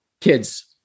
kids